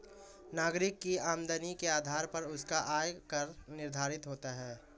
नागरिक की आमदनी के आधार पर उसका आय कर निर्धारित होता है